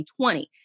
2020